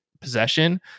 possession